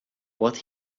what